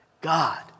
God